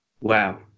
Wow